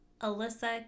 Alyssa